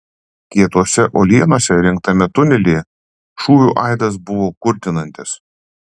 kietose uolienose įrengtame tunelyje šūvių aidas buvo kurtinantis